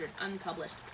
unpublished